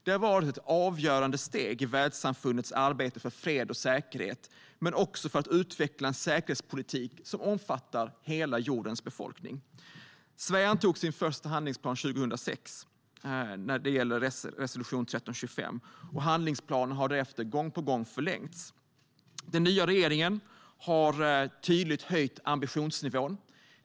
Det har varit ett avgörande steg i världssamfundets arbete för fred och säkerhet men också för att utveckla en säkerhetspolitik som inkluderar hela jordens befolkning. Sverige antog sin första handlingsplan 2006 när det gäller resolution 1325, och handlingsplanen har därefter gång på gång förlängts. Den nya regeringen har tydligt höjt ambitionsnivån.